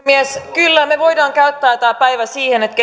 kyllä me voimme käyttää tämän päivän siihen että